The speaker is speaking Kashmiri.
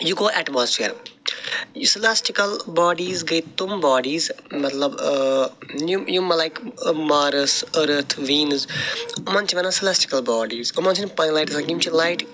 یہِ گوٚو اٮ۪ٹماسفیر یہِ سِلاسٹِکل باڈیٖز گٔے تِم باڈیٖز مطلب یِم یِم لایِک مارٕس ٲرٕتھ ویٖںٕز یِمن چھِ وَنان سِلٮ۪سٹِکٕل باڈیٖز یِمن چھِنہٕ پنٕنۍ لایِٹ آسان یِم چھِ لایِٹ